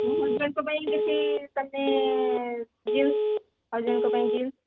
ହଜ୍ବ୍ୟାଣ୍ଡ୍ଙ୍କ ପାଇଁ ତା' ମାନେ ଜିନ୍ସ୍ ହଜ୍ବ୍ୟାଣ୍ଡ୍ଙ୍କ ପାଇଁ ଜିନ୍ସ୍